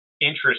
interest